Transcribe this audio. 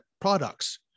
products